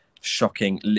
shocking